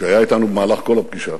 שהיה אתנו במהלך כל הפגישה.